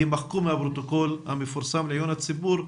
יימחקו מהפרוטוקול המפורסם לעיון הציבור,